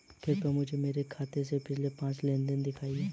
कृपया मुझे मेरे खाते से पिछले पांच लेनदेन दिखाएं